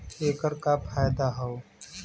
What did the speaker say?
ऐकर का फायदा हव?